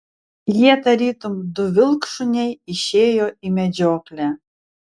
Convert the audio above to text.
jie tarytum du vilkšuniai išėjo į medžioklę